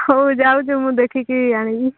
ହଉ ଯାଉଛି ମୁଁ ଦେଖିକି ଆଣିବି